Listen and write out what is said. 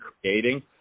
creating